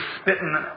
spitting